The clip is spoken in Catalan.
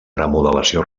remodelació